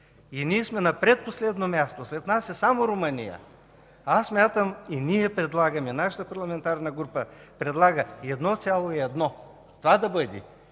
Ние сме на предпоследно място, след нас е само Румъния. Аз смятам, ние предлагаме – нашата парламентарна група предлага 1,1. Това да бъде.